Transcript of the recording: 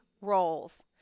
roles